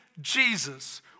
Jesus